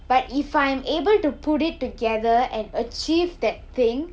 but if I'm able to put it together and achieve that thing